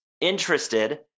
interested